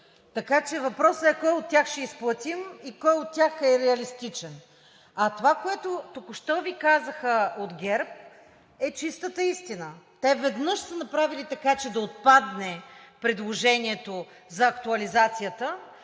Така че въпросът е кой от тях ще изплатим и кой от тях е реалистичен? Това, което току-що Ви казаха от ГЕРБ, е чистата истина. Те веднъж са направили така, че да отпадне предложението за актуализацията,